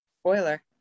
spoiler